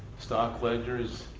stock ledgers.